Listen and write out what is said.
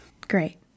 great